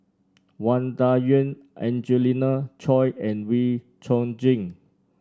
Wang Dayuan Angelina Choy and Wee Chong Jin